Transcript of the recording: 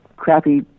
crappy